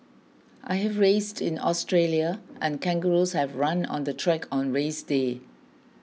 I have raced in Australia and kangaroos have run on the track on race day